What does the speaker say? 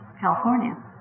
California